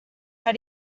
how